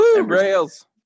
Rails